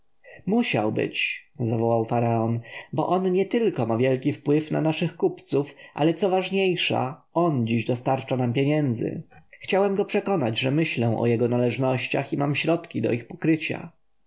musiał być zawołał faraon bo on nietylko ma wielki wpływ na naszych kupców ale co ważniejsza on dziś dostarcza nam pieniędzy chciałem go przekonać że myślę o jego należnościach i mam środki do ich pokrycia